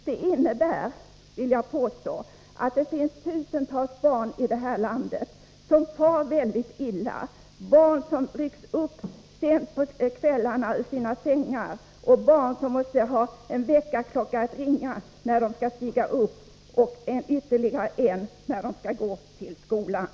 Det betyder, vill jag påstå, att det finns tusentals barn i det här landet som far mycket illa — barn som rycks upp sent på kvällen ur sängen och barn som måste ha en väckarklocka som ringer när de skall stiga upp och ytterligare en när de skall gå till skolan.